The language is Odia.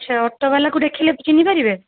ଆଚ୍ଛା ଅଟୋ ବାଲାକୁ ଦେଖିଲେ ଚିହ୍ନି ପାରିବେ